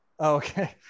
okay